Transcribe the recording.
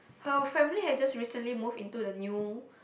her family has just recently moved into the new